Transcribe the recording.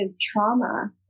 trauma